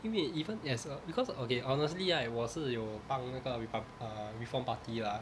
因为 even as a because okay honestly right 我是有帮那个 repub~ uh reform party lah